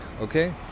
Okay